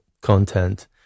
content